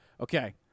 Okay